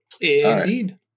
Indeed